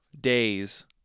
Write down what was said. Days